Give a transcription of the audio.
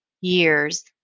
Years